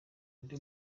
undi